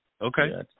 Okay